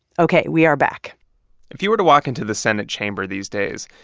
ok. we are back if you were to walk into the senate chamber these days,